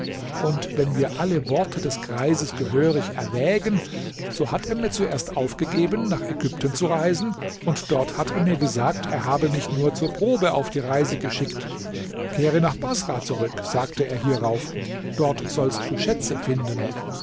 und wenn wir alle worte des greises gehörig erwägen so hat er mir zuerst aufgegeben nach ägypten zu reisen und dort hat er mir gesagt er habe mich nur zur probe auf die reise geschickt kehre nach baßrah zurück sagte er hierauf dort sollst du schätze finden